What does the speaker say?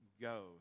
Go